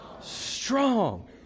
strong